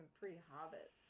pre-Hobbit